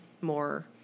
more